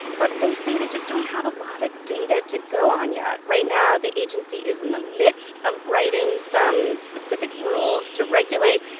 but they say they just don't have a lot of data to go on yet. right now the agency is in the midst of writing some specific rules to regulate.